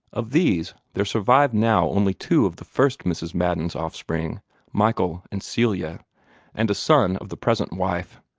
of these there survived now only two of the first mrs. madden's offspring michael and celia and a son of the present wife,